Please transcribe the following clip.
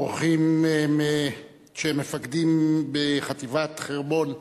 אורחים שהם מפקדים בחטיבת חרמון,